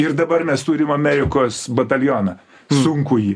ir dabar mes turim amerikos batalioną sunkųjį